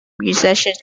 musicians